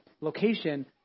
location